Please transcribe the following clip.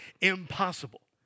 impossible